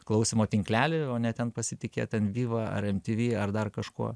klausymo tinklelį o ne ten pasitikėt ten viva ar mtv ar dar kažkuo